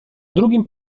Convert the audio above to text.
drugim